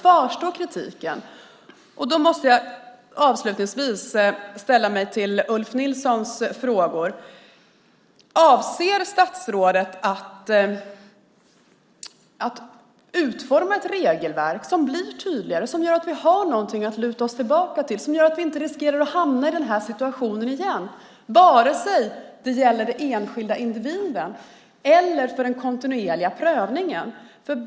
Avslutningsvis måste jag sälla mig till Ulf Nilssons frågor. Avser statsrådet att utforma ett regelverk som blir tydligare, som gör att vi har något att luta oss tillbaka mot och som gör att vi inte riskerar att hamna i den här situationen igen, vare sig det gäller den enskilda individen eller den kontinuerliga prövningen?